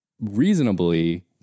reasonably